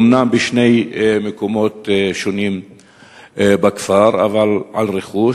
אומנם בשני מקומות שונים בכפר, אבל על רכוש.